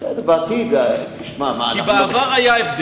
צריך לבחון אותם, בעתיד, כי בעבר זה היה.